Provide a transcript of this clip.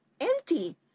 empty